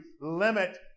limit